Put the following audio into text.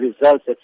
results